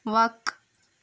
وَق